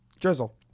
Drizzle